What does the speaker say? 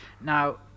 Now